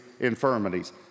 infirmities